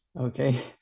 okay